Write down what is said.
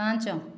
ପାଞ୍ଚ